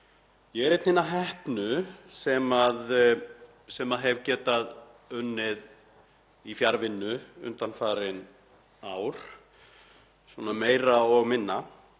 Ég er einn hinna heppnu sem hef getað unnið í fjarvinnu undanfarin ár, svona meira og minna.